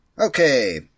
Okay